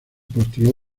postuló